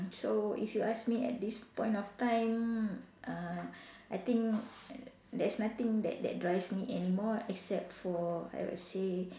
so if you ask me at this point of time uh I think there is nothing that that drives me anymore except for I would say